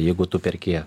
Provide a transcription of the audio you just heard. jeigu tu perki